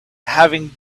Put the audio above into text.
having